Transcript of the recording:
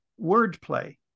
wordplay